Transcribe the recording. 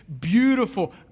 beautiful